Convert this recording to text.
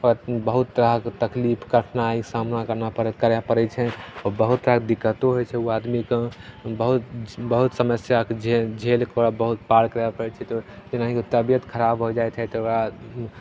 ओकरा बहुत तरहके तकलीफ कठिनाइके सामना करना प करै पड़ै छै बहुत तरहके दिक्कतो होइ छै ओ आदमीके बहुत बहुत समस्याके झेल झेलिके ओकरा बहुत पार करै पड़ै छै जेनाहिके तबिअत खराब हो जाइ छै तऽ ओकरा